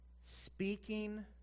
Speaking